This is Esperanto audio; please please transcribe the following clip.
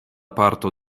parto